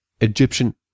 Egyptian